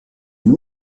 une